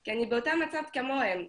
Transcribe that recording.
כי אני באותו מצב כמוהם.